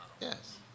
Yes